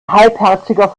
halbherziger